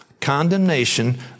Condemnation